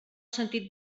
sentit